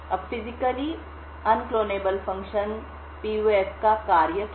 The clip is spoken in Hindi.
अब physically unclonable function PUF कार्य क्या हैं